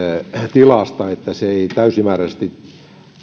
tilasta että se ei täysimääräisesti